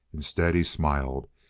instead, he smiled.